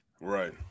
Right